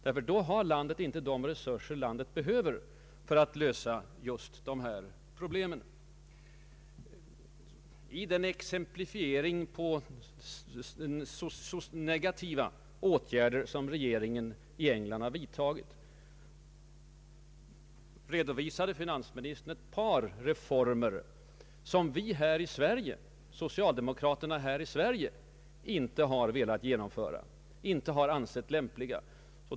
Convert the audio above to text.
Då har landet inte de resurser det behöver för att lösa dessas problem. I sin exemplifiering av negativa åtgärder som regeringen i England vidtagit redovisade finansministern ett par reformer som socialdemokraterna här i Sverige inte har velat genomföra.